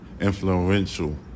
influential